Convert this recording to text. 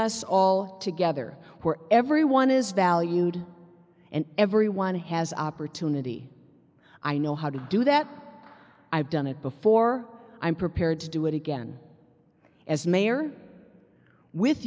us all together we're everyone is valued and everyone has opportunity i know how to do that i've done it before i'm prepared to do it again as mayor with